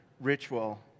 ritual